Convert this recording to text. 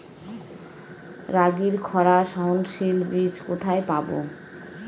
রাগির খরা সহনশীল বীজ কোথায় পাবো?